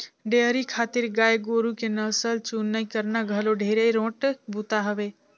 dairy खातिर गाय गोरु के नसल चुनई करना घलो ढेरे रोंट बूता हवे